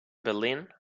berlin